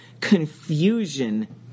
confusion